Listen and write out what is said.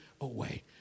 away